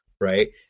right